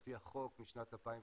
על פי החוק משנת 2002,